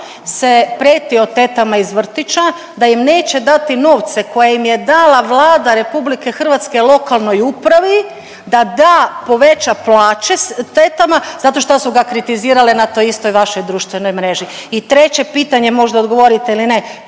se pretio tetama iz vrtića da im neće dati novce koje im je dala Vlada RH lokalnoj upravi da da poveća plaće tetama zato šta su ga kritizirale na toj istoj vašoj društvenoj mreži. I treće pitanje, možda odgovorite ili ne